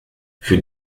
für